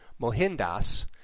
Mohindas